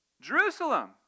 Jerusalem